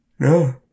No